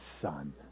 son